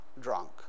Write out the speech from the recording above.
drunk